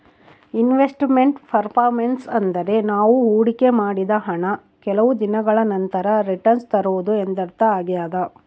invest made performance ಅಂದ್ರೆ ನಾವು ಹೊಡಿಕೆ ಮಾಡಿದ ಹಣ ಕೆಲವು ದಿನಗಳ ನಂತರ ರಿಟನ್ಸ್ ತರುವುದು ಎಂದರ್ಥ ಆಗ್ಯಾದ